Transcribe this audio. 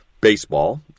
baseball